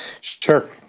Sure